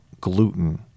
gluten